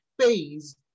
phase